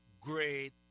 great